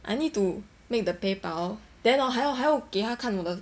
I need to make the paypal then hor 还要还要给他看的